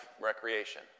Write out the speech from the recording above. recreation